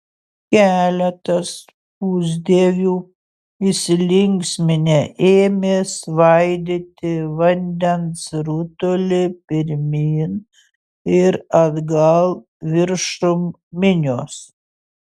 keletas pusdievių įsilinksminę ėmė svaidyti vandens rutulį pirmyn ir atgal viršum minios